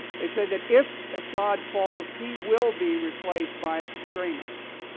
they said that if assad falls, he will be replaced by extremists.